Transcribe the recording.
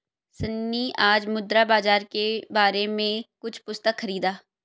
सन्नी आज मुद्रा बाजार के बारे में कुछ पुस्तक खरीदा